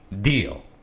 deal